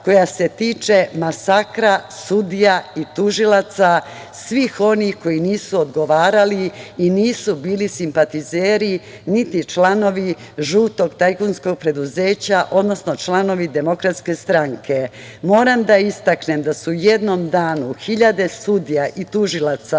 koja se tiče masakra sudija i tužilaca, svih onih koji nisu odgovarali i nisu bili simpatizeri, niti članovi žutog tajkunskog preduzeća, odnosno članovi Demokratske stranke. Moram da istaknem da su u jednom danu hiljade sudija i tužilaca